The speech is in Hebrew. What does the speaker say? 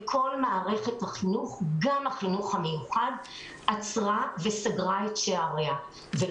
כל מערכת החינוך סגרה את שעריה ב-17 במרץ,